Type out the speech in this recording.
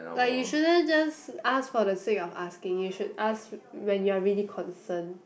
like you shouldn't just ask for the sake of asking you should ask when you're really concern